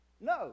no